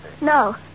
No